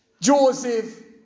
Joseph